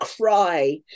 cry